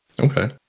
Okay